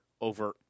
over